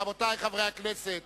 רבותי חברי הכנסת.